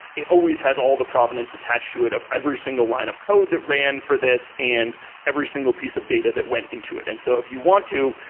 it always has all the provenance attached to it of every single line of code that ran for this and every single piece of data that went into it. and so if you want to,